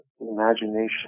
Imagination